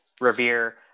Revere